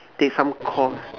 take some course